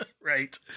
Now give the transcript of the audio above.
right